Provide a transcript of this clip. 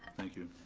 thank you.